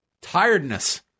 tiredness